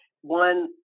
one